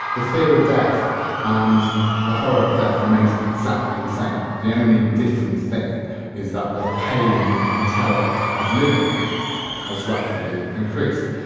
the fear of death and the horror of death remains exactly the same. the only different thing is that the pain and terror of living has rapidly increased.